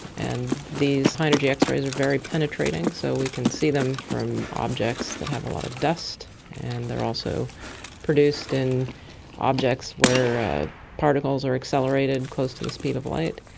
and these high energy x-rays are very penetrating, so we can see them from objects that have a lot of dust and they are also produced in objects where particles are accelerated close to the speed of light.